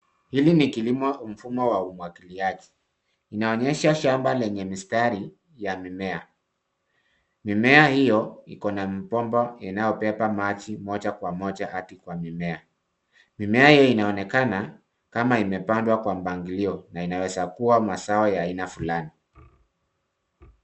Hili ni kilimo wa mfumo wa umwagiliaji. Inaonyesha shamba lenye mistari ya mimea. Mimea hio iko na bomba inayobeba maji moja kwa moja hadi kwa mimea. Mimea hii inaonekana kama imepandwa kwa mpangilio na inaweza kuwa mazao ya aina flani.